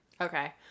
Okay